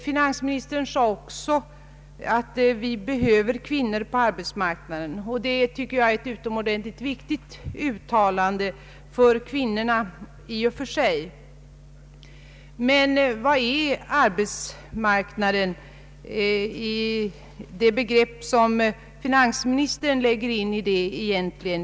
Finansministern sade också, att kvinnorna behövs på arbetsmarknaden, och det tycker jag i och för sig är ett utomordentligt viktigt uttalande för kvinnorna. Men vad är arbetsmarknaden i den mening som finansministern lägger in i begreppet?